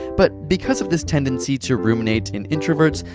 but because of this tendency to ruminate in introverts,